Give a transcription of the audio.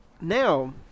now